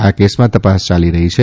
આ કેસમાં તપાસ ચાલી રહી છે